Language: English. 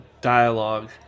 dialogue